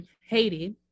Haiti